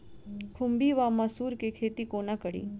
खुम्भी वा मसरू केँ खेती कोना कड़ी?